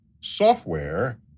software